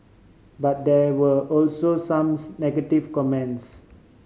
but there were also some negative comments